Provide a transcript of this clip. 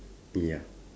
ya